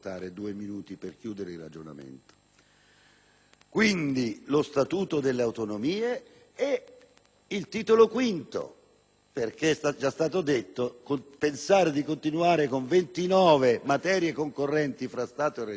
Quindi, lo Statuto delle autonomie e il Titolo V, perché - come è già stato detto - pensare di continuare con 29 materie concorrenti fra Stato e Regioni è irresponsabile.